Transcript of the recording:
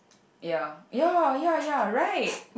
ya ya ya ya right